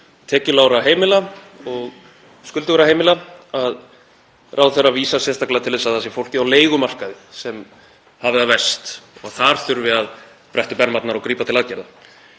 tekjulágra heimila og skuldugra heimila, að ráðherra vísar sérstaklega til þess að það sé fólkið á leigumarkaði sem hafi það verst og þar þurfi að bretta upp ermarnar og grípa til aðgerða.